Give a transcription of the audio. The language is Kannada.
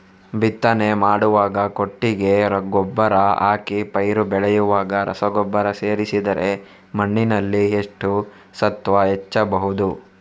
ಬಿತ್ತನೆ ಮಾಡುವಾಗ ಕೊಟ್ಟಿಗೆ ಗೊಬ್ಬರ ಹಾಕಿ ಪೈರು ಬೆಳೆಯುವಾಗ ರಸಗೊಬ್ಬರ ಸೇರಿಸಿದರೆ ಮಣ್ಣಿನಲ್ಲಿ ಎಷ್ಟು ಸತ್ವ ಹೆಚ್ಚಬಹುದು?